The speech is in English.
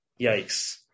Yikes